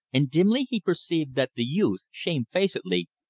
and dimly he perceived that the youth, shamefacedly,